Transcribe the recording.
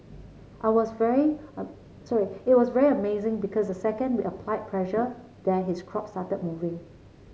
I was very sorry it was very amazing because the second we applied pressure there his crop started moving